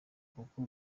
kuko